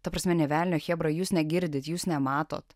ta prasme nė velnio chebra jūs negirdit jūs nematot